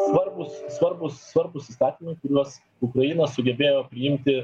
svarbūs svarbūs svarbūs įstatymai kuriuos ukraina sugebėjo priimti